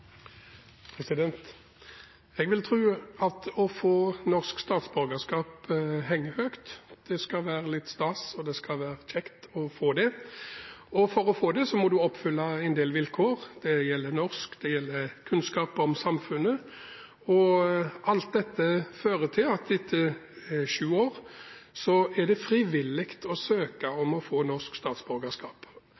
muntlig. Jeg vil tro at det å få norsk statsborgerskap henger høyt. Det skal være litt stas, og det skal være kjekt å få det. For å få det må en oppfylle en del vilkår. Det gjelder norsk, og det gjelder kunnskap om samfunnet. Alt dette fører til at det etter sju år er frivillig å søke om å få norsk statsborgerskap.